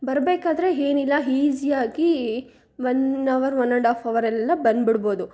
ಬರಬೇಕಾದ್ರೆ ಏನಿಲ್ಲ ಹೀಝಿಯಾಗಿ one hour one and half ಹವರಲ್ಲೆಲ್ಲ ಬಂದುಬಿಡ್ಬೋದು